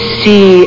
see